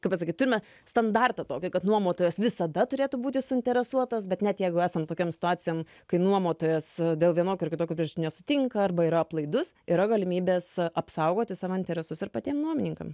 kaip pasakyt turme standartą tokį kad nuomotojas visada turėtų būti suinteresuotas bet net jeigu esant tokiam situacijom kai nuomotojas dėl vienokių ar kitokių priež nesutinka arba yra aplaidus yra galimybės apsaugoti savo interesus ir patiem nuomininkam